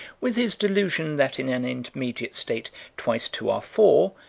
with his delusion that in an intermediate state twice two are four,